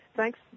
Thanks